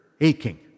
aching